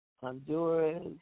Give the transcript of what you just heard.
Honduras